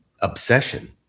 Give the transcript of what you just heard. obsession